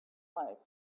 life